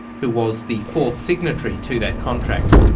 who was the fourth signatory to that contract.